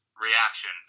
Reaction